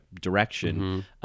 direction